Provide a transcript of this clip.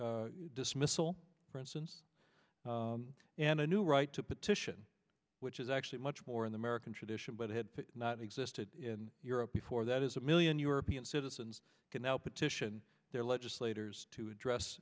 dismissal for instance and a new right to petition which is actually much more in the american tradition but had not existed in europe before that is a million european citizens can now petition their legislators to address